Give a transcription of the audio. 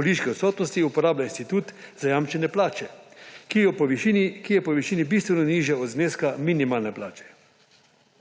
bolniške odsotnosti uporablja institut zajamčene plače, ki je po višini bistveno nižji od zneska minimalne plače.